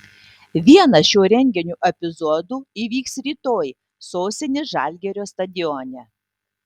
vienas šio renginio epizodų įvyks rytoj sostinės žalgirio stadione